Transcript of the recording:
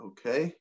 Okay